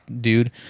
dude